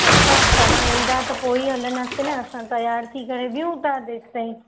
असां तवां ईंदा त पो ई हलंदासि न असां तैयार थी करे बिहूं था जेसि ताईं